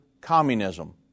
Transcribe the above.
Communism